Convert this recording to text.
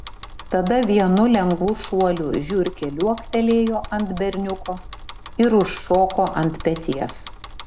tada vienu lengvu šuoliu žiurkė liuoktelėjo ant berniuko ir užšoko ant peties